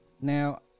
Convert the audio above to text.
Now